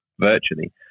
virtually